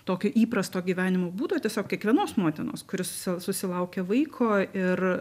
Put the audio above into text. tokio įprasto gyvenimo būdo tiesiog kiekvienos motinos kuri susi susilaukia vaiko ir